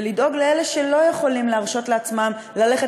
ולדאוג לאלה שלא יכולים להרשות לעצמם ללכת